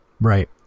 Right